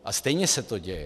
A stejně se to děje.